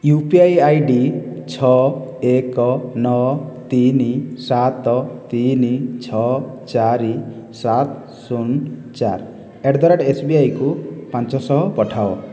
you P I I D ଛଅ ଏକ ନଅ ତିନି ସାତ ତିନି ଛଅ ଚାରି ସାତ ଶୂନ ଚାରି ଆଟ୍ ଦ ରେଟ୍ ଏସ୍ବିଆଇକୁ ପାଞ୍ଚଶହ ପଠାଅ